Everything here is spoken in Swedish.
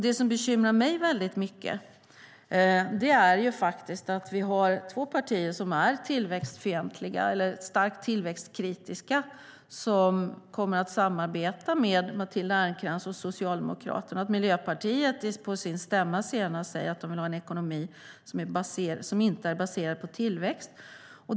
Det som bekymrar mig mycket är att vi har två partier som är starkt tillväxtkritiska som vill samarbeta med Matilda Ernkrans och Socialdemokraterna. Miljöpartiet sade senast på sin stämma att det vill ha en ekonomi som inte är baserad på tillväxt.